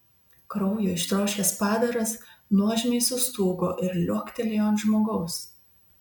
kraujo ištroškęs padaras nuožmiai sustūgo ir liuoktelėjo ant žmogaus